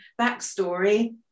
backstory